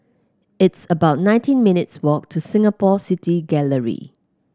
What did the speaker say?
it's about nineteen minutes' walk to Singapore City Gallery